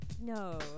No